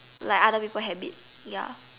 like other people habit ya